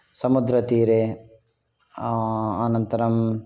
समुद्रतीरे अनन्तरम्